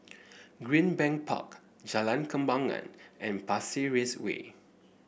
Greenbank Park Jalan Kembangan and Pasir Ris Way